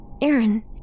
Aaron